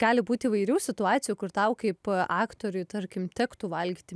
gali būt įvairių situacijų kur tau kaip aktoriui tarkim tektų valgyti